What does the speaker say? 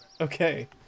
Okay